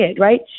right